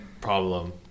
problem